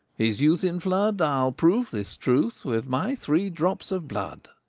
his youth in flood, i'll prove this truth with my three drops of blood.